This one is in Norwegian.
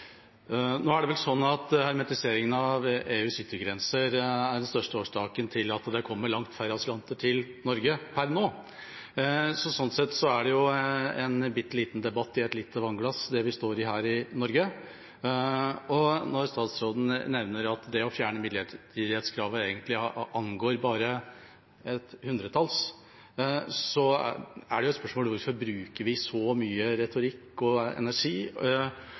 det vel sånn at hermetiseringen av EUs yttergrenser er den største årsaken til at det kommer langt færre asylanter til Norge per nå. Sånn sett er det jo en bitte liten debatt i et lite vannglass vi står i her i Norge. Når statsråden nevner at det å fjerne rimelighetskravet egentlig angår bare et hundretall, er det et spørsmål hvorfor vi bruker så mye retorikk og energi